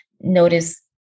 notice